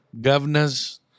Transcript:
governors